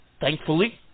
Thankfully